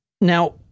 Now